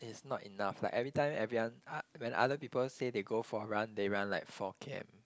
it's not enough like every time everyone when other people say they go for a run they run like four k_m